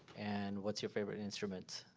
and what's your favorite instrument,